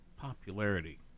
popularity